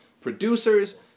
producers